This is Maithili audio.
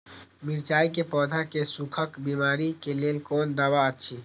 मिरचाई के पौधा के सुखक बिमारी के लेल कोन दवा अछि?